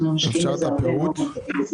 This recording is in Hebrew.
אנחנו ממשיכים לטפל בזה.